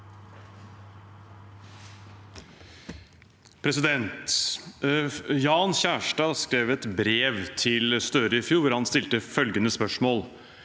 Jan Kjærstad skrev et brev til Støre i fjor hvor han stilte følgende spørsmål: